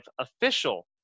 official